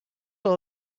all